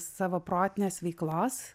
savo protinės veiklos